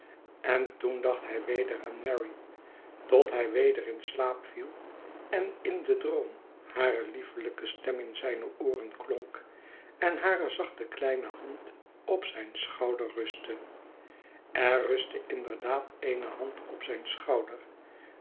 en toen dacht hij weder aan mary tot hij weder in slaap viel en in den droom hare liefelyke stem in zijne ooren klonk en hare zachte kleine hand op zijn schouder rustte er rustte inderdaad eene hand op zijn schouder